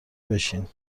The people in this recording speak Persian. بشین